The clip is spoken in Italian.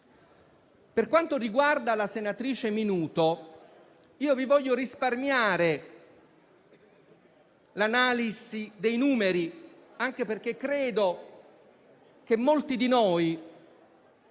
Per quanto riguarda la senatrice Minuto, vi voglio risparmiare l'analisi dei numeri, anche perché credo che molti di noi